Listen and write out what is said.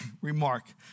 remark